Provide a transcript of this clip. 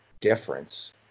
difference